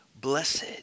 Blessed